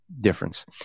difference